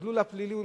התרגלו לפלילים.